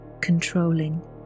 controlling